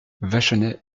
vachonnet